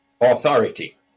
authority